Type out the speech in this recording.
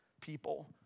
people